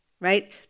right